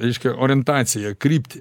reiškia orientaciją kryptį